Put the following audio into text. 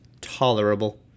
tolerable